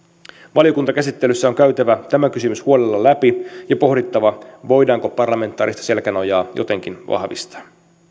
valiokuntakäsittelyssä on käytävä tämä kysymys huolella läpi ja pohdittava voidaanko parlamentaarista selkänojaa jotenkin vahvistaa